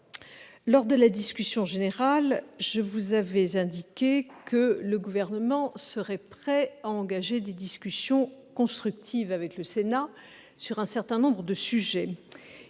Lors de la discussion générale, je vous avais indiqué que le Gouvernement serait prêt à engager des échanges constructifs avec le Sénat sur un certain nombre de sujets.